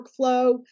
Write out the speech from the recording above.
workflow